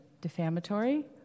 defamatory